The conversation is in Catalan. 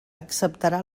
acceptarà